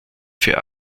für